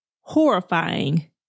horrifying